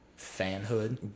fanhood